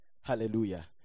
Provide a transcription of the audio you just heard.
Hallelujah